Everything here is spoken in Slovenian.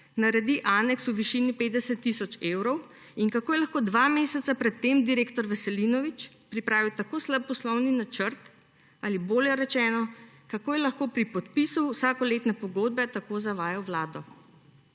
naredi aneks v višini 50 tisoč evrov?! In kako je lahko dva meseca pred tem direktor Veselinovič pripravil tako slab poslovni načrt ali bolje rečeno, kako je lahko pri podpisu vsakoletne pogodbe tako zavajal vlado?!